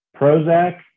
Prozac